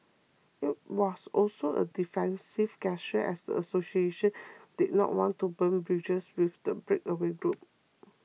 it was also a defensive gesture as the association did not want to burn bridges with the breakaway group